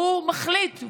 הוא מחליט,